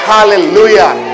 Hallelujah